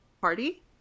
party